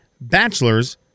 Bachelors